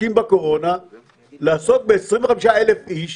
שעוסקים בקורונה לעשות ב-25,000 איש